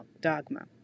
dogma